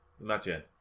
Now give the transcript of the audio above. imagine